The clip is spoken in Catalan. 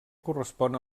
correspon